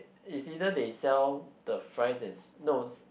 is either they sell the fries is no